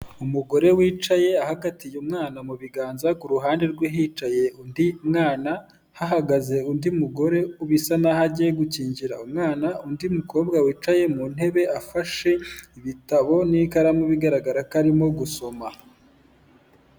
Umugore wicaye ahagatiye umwana mu biganza ku ruhande rwe hicaye, undi mwana hahagaze undi mugore ubisa naho agiye gukingira umwana, undi mukobwa wicaye mu ntebe afashe ibitabo n'ikaramu bigaragara ko arimo gusoma.